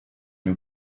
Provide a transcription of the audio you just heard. you